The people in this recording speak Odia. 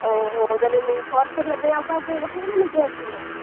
ଓହୋ ତା'ହେଲେ ମୁଁ ସର୍ଭ କରିବା ପାଇଁ ଆଉ କାହାକୁ ପଠାଇବି ନା ନିଜେ ଆସିବ